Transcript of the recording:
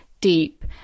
deep